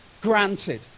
granted